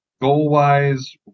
goal-wise